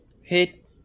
hit